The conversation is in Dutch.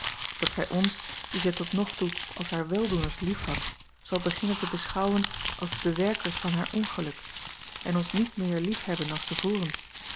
dat zij ons die zij tot nog toe als haar weldoeners liefhad zal beginnen te beschouwen als de bewerkers van haar ongeluk en ons niet meer liefhebben als te voren